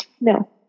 No